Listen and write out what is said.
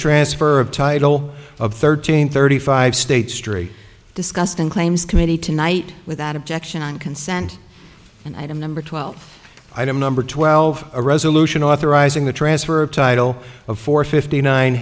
transfer of title of thirteen thirty five states tree discussed in claims committee tonight without objection on consent and item number twelve item number twelve a resolution authorizing the transfer of title of four fifty nine